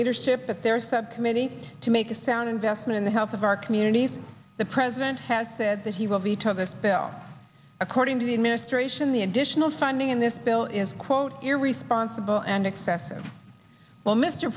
leadership that there is subcommittee to make a sound investment in the health of our communities the president has said that he will veto the bill according to the administration the additional funding in this bill is quote responsible and excessive well mr